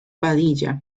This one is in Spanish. padilla